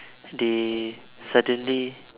they suddenly